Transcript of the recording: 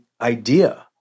idea